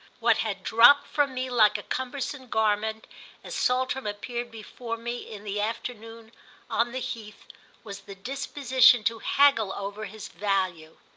what had dropped from me like a cumbersome garment as saltram appeared before me in the afternoon on the heath was the disposition to haggle over his value.